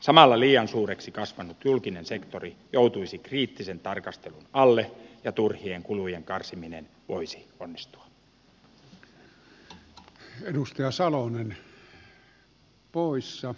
samalla liian suureksi kasvanut julkinen sektori joutuisi kriittisen tarkastelun alle ja turhien kulujen karsiminen voisi onnistua